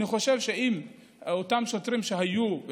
אני חושב שאם אותם שוטרים שהיו,